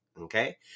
Okay